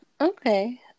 Okay